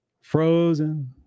Frozen